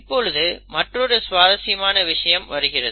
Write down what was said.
இப்பொழுது மற்றுமொரு சுவாரசியமான விஷயம் வருகிறது